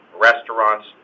restaurants